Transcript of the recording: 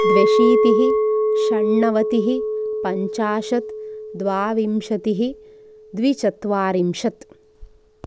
द्व्यशीतिः षण्णवतिः पञ्चाशत् द्वाविंशतिः द्विचत्वारिंशत्